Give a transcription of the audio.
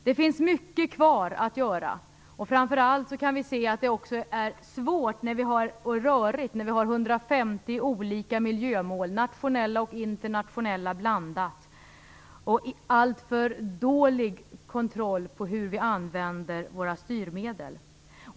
Det finns mycket kvar att göra, och framför allt kan vi se att det också är svårt och rörigt när vi har 150 olika miljömål, nationella och internationella blandat, och har alltför dålig kontroll på hur vi använder våra styrmedel.